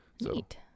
Neat